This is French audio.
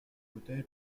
fauteuil